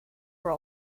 were